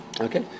Okay